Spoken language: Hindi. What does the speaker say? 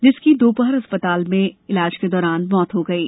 जिसकी दोपहर अस्पताल में इलाज के दौरान मृत्य् हो गयी